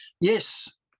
Yes